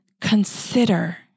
consider